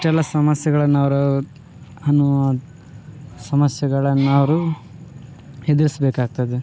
ಇಷ್ಟೆಲ್ಲ ಸಮಸ್ಯೆಗಳನ್ನು ಅವರು ಅನು ಸಮಸ್ಯೆಗಳನ್ನು ಅವರು ಎದುರಿಸ್ಬೇಕಾಗ್ತದೆ